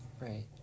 Right